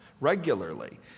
regularly